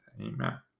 Amen